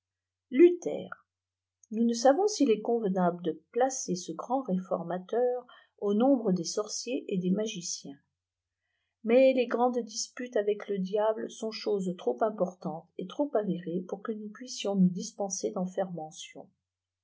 luther nous ne savons s'il est convenable de placer ce grand réformateur au nombre dès sorciers et des magiciens mais les grandes disputes avec le diable sont choses trop importantes et trop avérées pour que nous puissions nous dispenser d'en